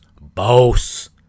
boss